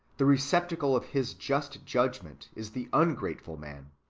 the receptacle of his just judgment is the ungrateful man,